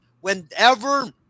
whenever